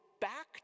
back